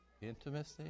Intimacy